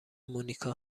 مونیکا